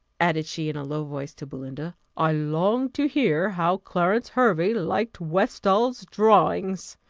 added she in a low voice to belinda i long to hear how clarence hervey likes westall's drawings.